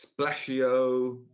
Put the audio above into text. Splashio